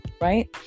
right